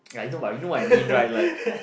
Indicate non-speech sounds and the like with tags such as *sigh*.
*noise* ya you know what I mean right like